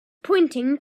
pointing